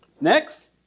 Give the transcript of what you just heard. Next